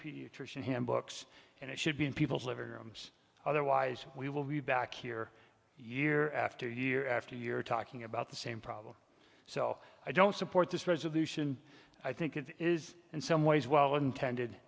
pediatrician hymn books and it should be in people's living rooms otherwise we will be back here year after year after year talking about the same problem so i don't support this resolution i think it is in some ways well intended